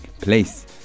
place